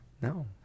No